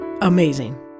amazing